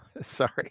sorry